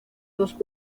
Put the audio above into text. dos